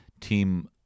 Team